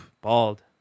Bald